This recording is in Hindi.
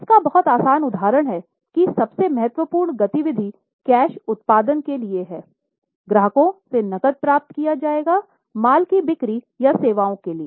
इसका बहुत आसान उदाहरण है कि सबसे महत्वपूर्ण गति विधि कैश उत्पादन के लिए हैं ग्राहकों से नकद प्राप्त किया जाएगा माल की बिक्री या सेवाएं के लिए